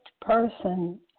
person